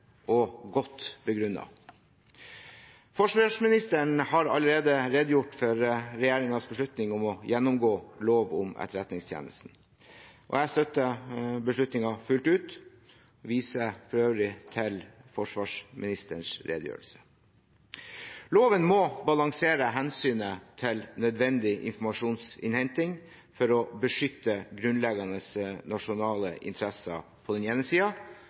og godt begrunnet. Forsvarsministeren har allerede redegjort for regjeringens beslutning om å gjennomgå lov om Etterretningstjenesten, og jeg støtter beslutningen fullt ut. Jeg viser for øvrig til forsvarsministerens redegjørelse. Loven må balansere hensynet til nødvendig informasjonsinnhenting for å beskytte grunnleggende nasjonale interesser på den ene